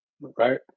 right